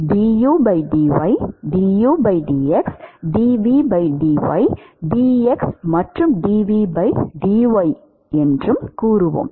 du dy du dx dv dy dx என்றும் dv dy என்றும் கூறுவோம்